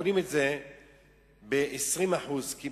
קונים את זה ב-20% כמעט,